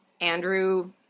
Andrew